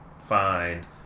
find